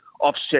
offset